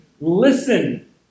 listen